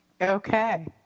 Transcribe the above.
Okay